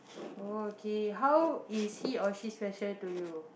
oh okay how is he or she special to you